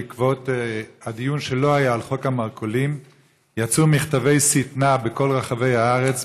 בעקבות הדיון שלא היה על חוק המרכולים יצאו מכתבי שטנה בכל רחבי הארץ,